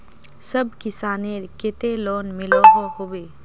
सब किसानेर केते लोन मिलोहो होबे?